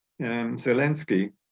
Zelensky